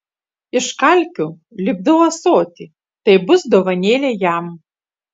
iš kalkių lipdau ąsotį tai bus dovanėlė jam